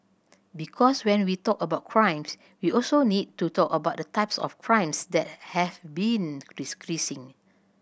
because when we talk about crimes we also need to talk about the types of crimes that have been decreasing